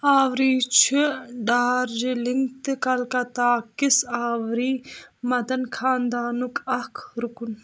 آوری چھُ دارجلِنگ تہٕ کلکتہٕ کِس آوری مدن خانٛدانُک اَکھ رُكُن